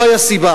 לא היתה סיבה.